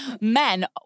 men